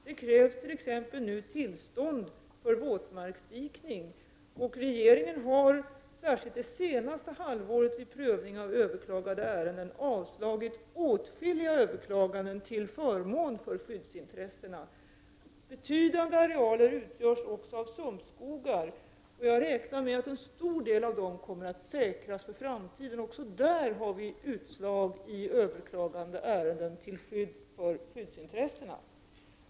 Det krävs t.ex. nu tillstånd för våtmarksdikning. Regeringen har, särskilt under det senaste halvåret, vid prövning av överklagade ärenden avslagit åtskilliga överklaganden till förmån för skyddsintressena. Betydande arealer utgörs också av sumpskogar. Jag räknar med att en stor del av dessa kommer att säkras för framtiden. Också där har det förekommit utslag i överklagade ärenden till förmån för skyddsintressena.